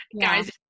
Guys